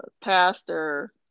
pastor